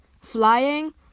flying